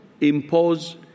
impose